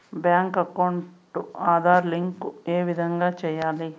Bank account Aadhaar link ఏ విధంగా సెయ్యాలి?